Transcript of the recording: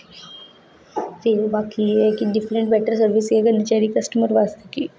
फिर बाकी एह् ऐ कि डिफरेंट बेटर सर्विस एह् करनी चाहिदी कस्टमर बास्तै कि